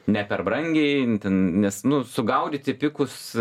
ne per brangiai itin nes nu sugaudyti pikus